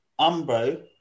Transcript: Umbro